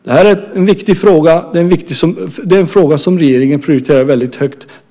Det här är en viktig fråga, det är en fråga som regeringen prioriterar väldigt högt.